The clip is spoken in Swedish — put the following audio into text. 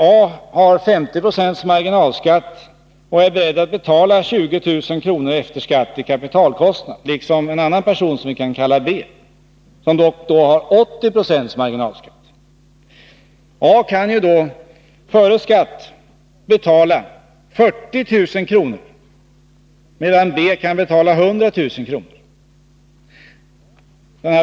A har 50 96 marginalskatt och är beredd att betala 20 000 kr. efter skatt i kapitalkostnad. En annan person, som vi kan kalla B, har 80 76 marginalskatt. A kan före skatt betala 40 000 kr., medan B kan betala 100 000 kr.